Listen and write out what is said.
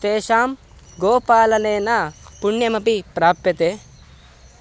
तेषां गोपालनेन पुण्यमपि प्राप्यते